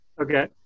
Okay